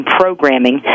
programming